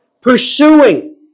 pursuing